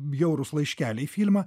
bjaurūs laiškeliai filmą